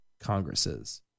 Congresses